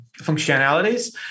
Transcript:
functionalities